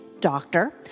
doctor